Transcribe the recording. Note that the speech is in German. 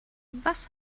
was